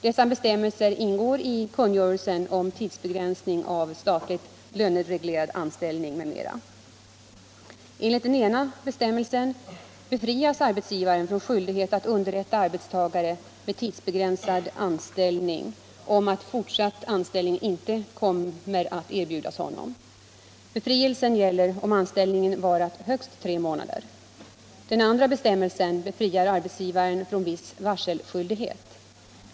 Dessa bestämmelser ingår i kungörelsen om tidsbegränsning av statligt lönereglerad anställning, m.m. Enligt den ena bestämmelsen befrias arbetsgivaren från skyldighet att underrätta arbetstagare med tidsbegränsad anställning om att fortsatt anställning inte kommer att erbjudas honom. Befrielsen gäller om anställningen varat högst tre månader. Den andra bestämmelsen befriar arbetsgivaren från viss varselskyldighet.